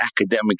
academic